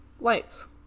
lights